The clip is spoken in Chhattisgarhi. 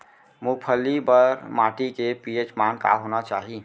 मूंगफली बर माटी के पी.एच मान का होना चाही?